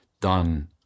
done